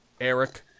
Eric